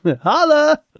Holla